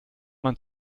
man